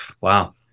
wow